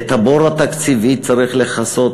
את הבור התקציבי צריך לכסות"